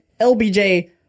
LBJ